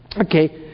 okay